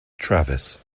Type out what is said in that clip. travis